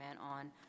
on